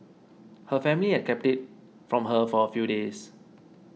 her family had kept it from her for a few days